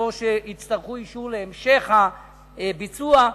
יצטרכו אישור להמשך הביצוע,